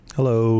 Hello